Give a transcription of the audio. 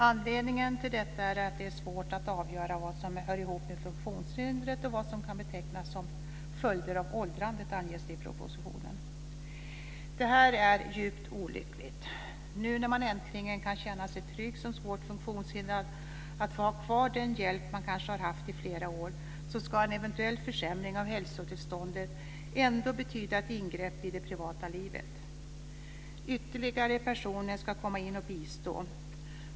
Anledningen till detta är att det är svårt att avgöra vad som hör ihop med funktionshindret och vad som kan betecknas som följder av åldrandet, anges det i propositionen. Detta är djupt olyckligt. När man som svårt funktionshindrad äntligen kan känna sig trygg och säker på att man får ha kvar den hjälp man kanske har haft i flera år ska en eventuell försämring av hälsotillståndet ändå betyda ett ingrepp i det privata livet. Ytterligare personer ska komma in och bistå.